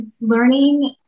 learning